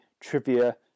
trivia